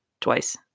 twice